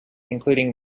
including